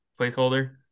placeholder